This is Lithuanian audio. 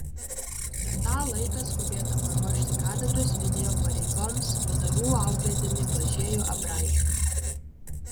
per tą laiką skubėta paruošti katedros vedėjo pareigoms vdu auklėtinį blažiejų abraitį